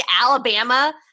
Alabama